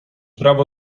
prawo